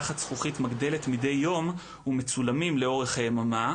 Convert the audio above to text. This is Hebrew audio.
במצב שהם לא אמורים להיות כי הם בלי אשרה חוקית כשהם בורחים מהמקום.